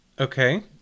Okay